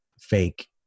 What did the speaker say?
fake